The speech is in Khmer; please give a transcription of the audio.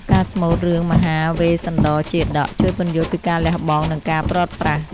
ការស្មូតរឿងមហាវេស្សន្តរជាតក ជួយពន្យល់ពីការលះបង់ និងការព្រាត់ប្រាស។